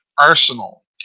arsenal